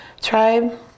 Tribe